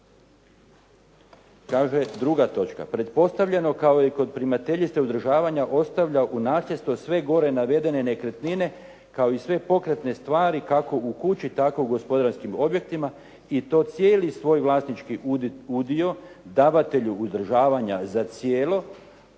Kaže 2. točka: "pretpostavljeno kao i kod primateljice uzdržavanja ostavlja u nasljedstvo sve gore navedene nekretnine kao i sve pokretne stvari kako u kući tako u gospodarskim objektima i to cijeli svoj vlasnički udio davatelju uzdržavanja za cijelo